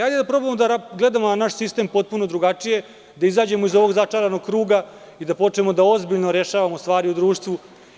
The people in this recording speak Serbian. Hajde da probamo da gledamo na naš sistem potpuno drugačije, da izađemo iz ovog začaranog kruga i da počnemo da ozbiljno rešavamo stvari u društvu.